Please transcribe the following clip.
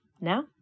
now